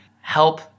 help